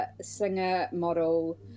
singer-model